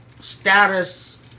status